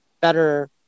better